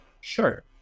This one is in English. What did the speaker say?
Sure